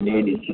മേടിച്ചു